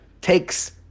takes